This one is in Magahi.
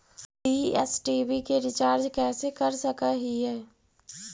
डीश टी.वी के रिचार्ज कैसे कर सक हिय?